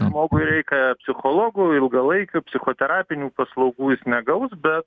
žmogui reika psichologų ilgalaikių psichoterapinių paslaugų jis negaus be